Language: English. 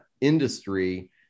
industry